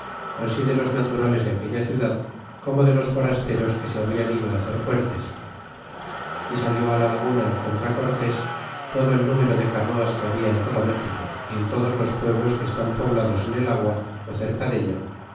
ansi de los naturales de aquella ciudad como de los forasteros que se habian ido hacer fuertes y salió la laguna contra cortés todo el número de canoas que habia en todo méxico y en todos los pueblos que estén poblados en el agua ó cerca de ella